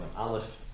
Aleph